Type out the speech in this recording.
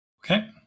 Okay